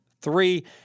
three